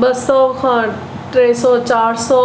ॿ सौ खां ट्रे सौ चारि सौ